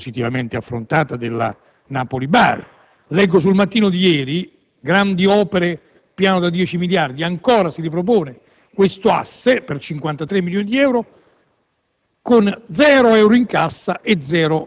recente proposta, spero positivamente affrontata, della Napoli-Bari. Leggo sul quotidiano «Il Mattino» di ieri: «Grandi opere. Piano da 10 miliardi». Ancora si propone questo asse per 154 milioni di euro